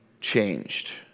changed